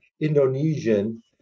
Indonesian